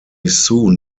soon